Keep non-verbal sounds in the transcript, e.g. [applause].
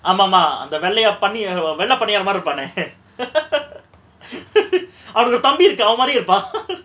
ஆமா மா அந்த வெள்ளயா பன்னி:aama ma antha vellaya panni ah [noise] வெள்ள பணியாரம் மாரி இருப்பானே:vella paniyaram mari irupane [laughs] அவனுக்கு ஒரு தம்பி இருக்கா அவ மாரியே இருப்பா:avanuku oru thambi iruka ava mariye irupa [laughs]